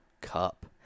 cup